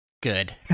good